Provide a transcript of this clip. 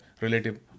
relative